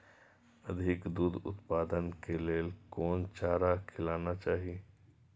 अधिक दूध उत्पादन के लेल कोन चारा खिलाना चाही?